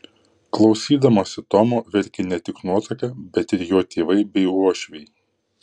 klausydamasi tomo verkė ne tik nuotaka bet ir jo tėvai bei uošviai